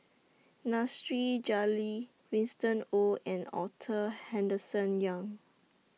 Nasir Jalil Winston Oh and Arthur Henderson Young